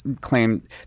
claimed